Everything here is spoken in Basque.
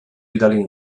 bidali